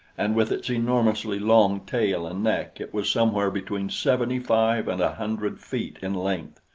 and with its enormously long tail and neck it was somewhere between seventy-five and a hundred feet in length.